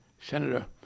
Senator